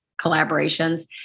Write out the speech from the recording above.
collaborations